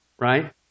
Right